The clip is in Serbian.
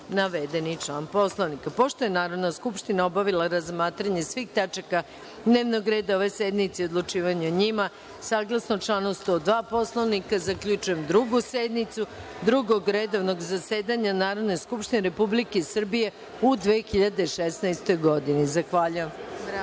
navedeni član Poslovnika. Pošto je Narodna skupština obavila razmatranje svih tačaka dnevnog reda ove sednice i odlučivanje o njima, saglasno članu 102. Poslovnika, zaključujem Drugu sednicu Drugog redovnog zasedanja Narodne skupštine Republike Srbije u 2016. godini.